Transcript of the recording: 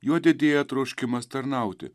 juo didėja troškimas tarnauti